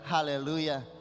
Hallelujah